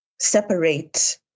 separate